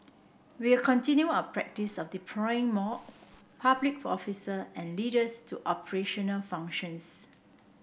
we will continue our practice of deploying more public for officer and leaders to operational functions